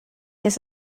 ist